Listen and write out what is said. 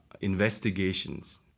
investigations